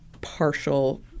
partial